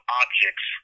objects